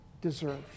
deserve